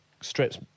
strips